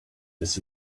this